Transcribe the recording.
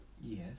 Yes